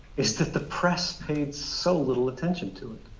is that the press paid so little attention to it.